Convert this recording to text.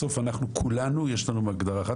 בסוף אנחנו כולנו יש לנו מטרה אחת,